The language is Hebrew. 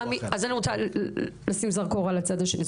אז אני רוצה לשים זרקור על הצד השני.